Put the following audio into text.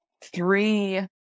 three